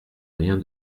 rien